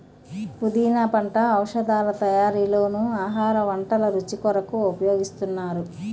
పుదీనా పంట ఔషధాల తయారీలోనూ ఆహార వంటల రుచి కొరకు ఉపయోగిస్తున్నారు